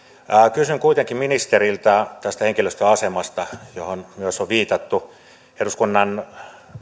kysyn kuitenkin ministeriltä tästä henkilöstön asemasta johon myös on viitattu eduskunnan